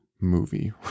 movie